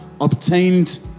obtained